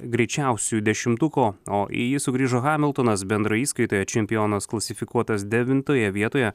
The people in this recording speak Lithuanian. greičiausių greičiausiųjų dešimtuko o į jį sugrįžo hamiltonas bendroje įskaitoje čempionas klasifikuotas devintoje vietoje